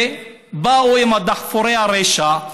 ובאו עם דחפורי הרשע,